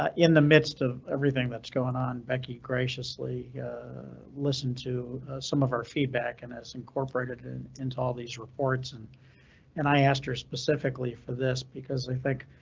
ah in the midst of everything that's going on, becky graciously listened to some of our feedback and is incorporated and into all these reports and and i asked her specifically for this because they think,